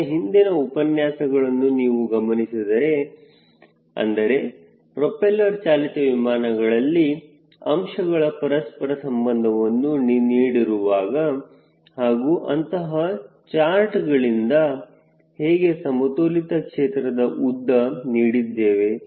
ನನ್ನ ಹಿಂದಿನ ಉಪನ್ಯಾಸಗಳನ್ನು ನೀವು ಗಮನಿಸಿದರೆ ಅಂದರೆ ಪ್ರೋಪೆಲ್ಲರ್ ಚಾಲಿತ ವಿಮಾನಗಳಲ್ಲಿ ಅಂಶಗಳ ಪರಸ್ಪರ ಸಂಬಂಧವನ್ನು ನೀಡಿರುವಾಗ ಹಾಗೂ ಅಂತಹ ಚಾರ್ಟ್ಗಳಿಂದ ಹೇಗೆ ಸಮತೋಲಿತ ಕ್ಷೇತ್ರದ ಉದ್ದ ನೀಡಿದ್ದೇವೆ